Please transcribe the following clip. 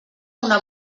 una